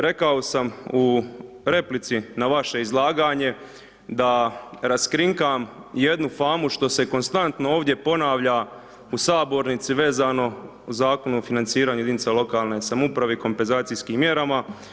Rekao sam u replici na vaše izlaganje da raskrinkam jednu famu što se konstantno ovdje ponavlja u sabornici vezano o Zakonu o financiranju jedinica lokalne samouprave i kompenzacijskim mjerama.